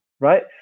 right